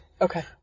Okay